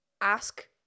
ask